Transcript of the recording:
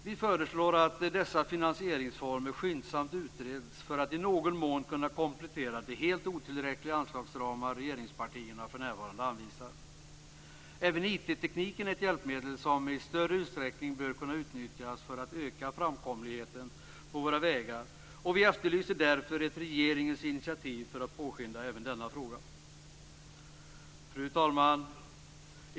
Vi föreslår att dessa finansieringsformer skyndsamt utreds, för att i någon mån komplettera de helt otillräckliga anslagsramar som regeringspartierna för närvarande anvisar. Även IT-tekniken är ett hjälpmedel som i större utsträckning bör kunna utnyttjas för att öka framkomligheten på våra vägar. Vi efterlyser därför ett initiativ från regeringen för att påskynda även denna fråga. Fru talman!